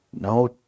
no